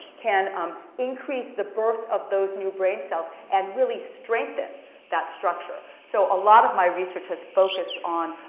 can um increase the birth of those new brain cells and really strengthen that structure. so a lot of my research has focused on